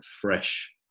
fresh